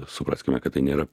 supraskime kad tai nėra